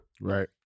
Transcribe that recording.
Right